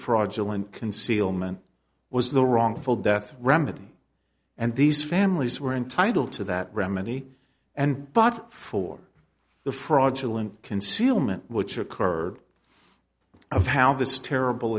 fraudulent concealment was the wrongful death remedy and these families were entitled to that remedy and but for the fraudulent concealment which occurred